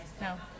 No